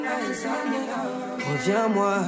Reviens-moi